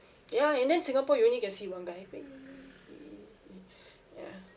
ya and then singapore you only get to see one ya